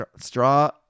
Straw